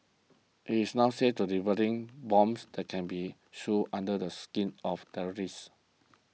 he is now said to developing bombs that can be sewn under the skin of terrorists